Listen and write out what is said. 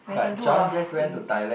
where you can do a lot of things